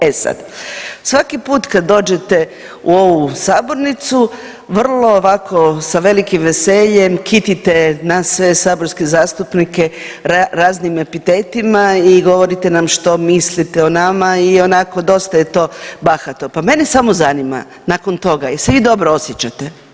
E sad, svaki put kad dođete u ovu sabornicu vrlo ovako sa velikim veseljem kitite nas sve saborske zastupnike raznim epitetima i govorite nam što mislite o nama i onako dosta je to bahato, pa mene samo zanima nakon toga jel se vi dobro osjećate?